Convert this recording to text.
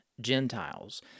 Gentiles